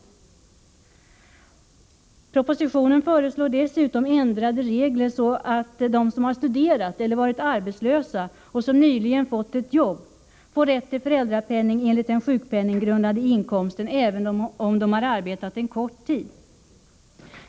I propositionen föreslås också ändrade regler så att de som har studerat eller varit arbetslösa och som nyligen fått jobb får rätt till föräldrapenning enligt den sjukpenninggrundande inkomsten även om de bara arbetat en kort tid.